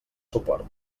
suport